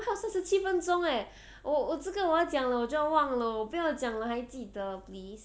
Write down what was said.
我们还有三十七分钟 eh 我这个我要讲了我就忘了我不要讲了还记得 please